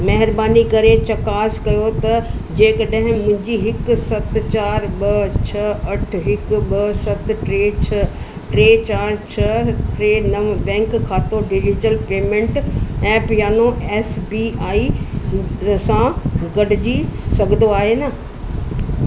महिरबानी करे चकासु कयो त जेकॾहिं मुंहिंजी हिकु सत चार ॿ छह अठु हिकु ॿ सत टे चार छह टे चार छह टे नवं बैंक खातो डिलीजल पेमेंट ऐप यानो एस बी आई सां गॾिजी सघंदो आहे न